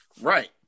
Right